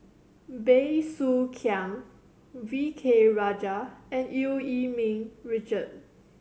Bey Soo Khiang V K Rajah and Eu Yee Ming Richard